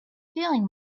feeling